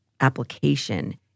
application